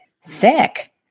sick